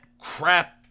crap